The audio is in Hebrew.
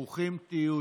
ברוכים תהיו.